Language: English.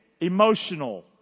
emotional